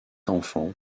enfants